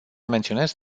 menționez